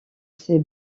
ces